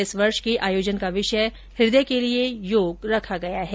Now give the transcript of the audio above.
इस वर्ष के आयोजन का विषय हृदय के लिए योग रखा गया है